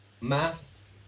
maths